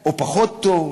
או פחות טוב?